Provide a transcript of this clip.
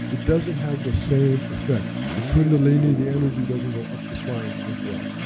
it doesn't have the same effect. the kundalini, the energy doesn't go up the spine as well.